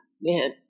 man